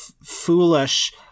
foolish